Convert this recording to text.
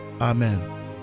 amen